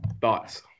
thoughts